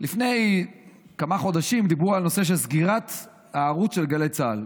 לפני כמה חודשים דיברו על סגירת הערוץ של גלי צה"ל,